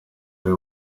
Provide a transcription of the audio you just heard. ruri